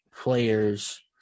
players